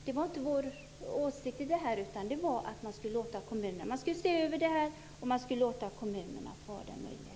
Men vår åsikt var att man skulle låta kommunerna se över det här och låta kommunerna ha den här möjligheten.